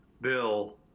bill